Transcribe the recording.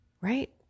Right